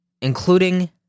including